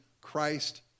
Christ